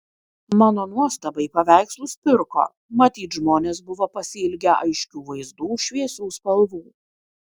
mano nuostabai paveikslus pirko matyt žmonės buvo pasiilgę aiškių vaizdų šviesių spalvų